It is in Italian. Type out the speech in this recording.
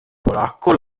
polacco